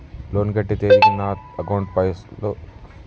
Loan కట్టే తేదీకి నా అకౌంట్ లో పైసలు లేకుంటే బ్యాంకులో కట్టచ్చా?